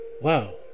wow